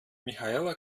michaela